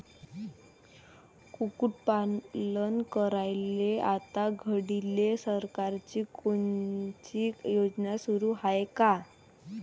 कुक्कुटपालन करायले आता घडीले सरकारची कोनची योजना सुरू हाये का?